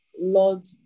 Lord